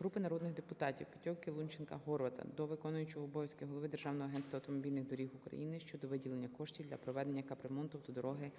Групи народних депутатів (Петьовки, Лунченка, Горвата) до виконуючого обов'язків голови Державного агентства автомобільних доріг України щодо виділення коштів для проведення капремонту автодороги